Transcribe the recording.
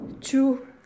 two